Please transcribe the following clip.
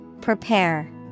Prepare